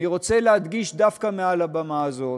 אני רוצה להדגיש דווקא מעל הבמה הזאת,